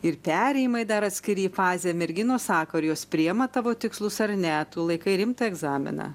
ir perėjimai dar atskiri į fazę merginos sako ar jos priima tavo tikslus ar ne tu laikai rimtą egzaminą